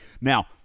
Now